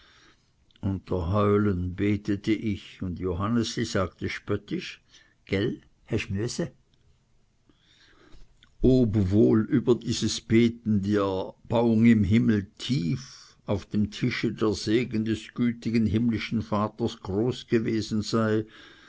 heulen betete ich und johannesli sagte spöttisch gäll du hesch müesse ob wohl über dieses beten die erbauung im himmel tief auf dem tisch der segen des gütigen himmlischen vaters groß gewesen sei